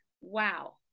Wow